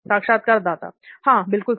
साक्षात्कारदाता हां बिल्कुल सही